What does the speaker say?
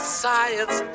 science